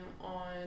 on